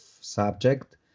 subject